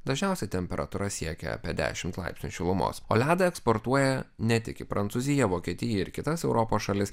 dažniausiai temperatūra siekia apie dešimt laipsnių šilumos o ledą eksportuoja ne tik į prancūziją vokietiją ir kitas europos šalis